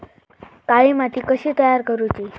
काळी माती कशी तयार करूची?